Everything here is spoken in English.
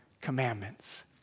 commandments